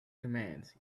commands